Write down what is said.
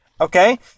okay